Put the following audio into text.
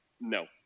no